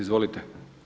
Izvolite.